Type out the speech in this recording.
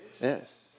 Yes